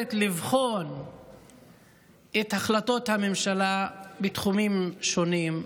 שמאפשרת לבחון את החלטות הממשלה בתחומים שונים.